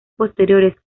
posteriores